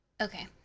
Okay